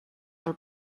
del